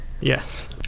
Yes